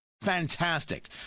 fantastic